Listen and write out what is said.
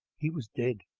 he was dead,